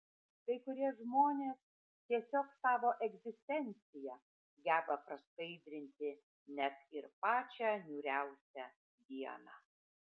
kai kurie žmonės tiesiog savo egzistencija geba praskaidrinti net ir pačią niūriausią dieną